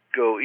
go